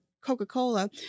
coca-cola